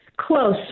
Close